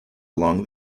along